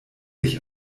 ich